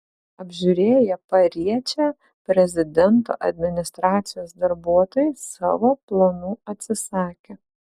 apžiūrėję pariečę prezidento administracijos darbuotojai savo planų atsisakė